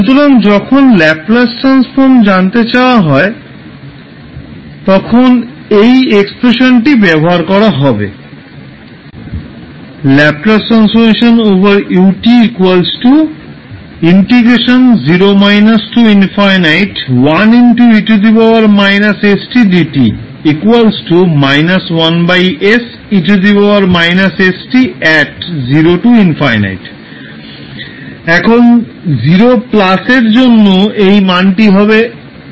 সুতরাং যখন Laplace transform জানতে চাওয়া হয় তখন এই এক্সপ্রেশান টি ব্যবহার করা হবে এখন 0 এর জন্য এই মানটি হবে 1